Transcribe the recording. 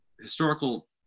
historical